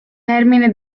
termine